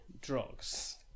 drugs